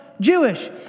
Jewish